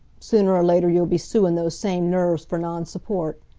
sooner or later you'll be suein' those same nerves for non-support.